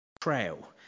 Trail